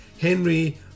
Henry